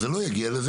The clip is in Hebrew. אז זה לא יגיע לזה.